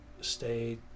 stay